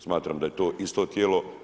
Smatram da je to isto tijelo.